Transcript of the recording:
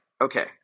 okay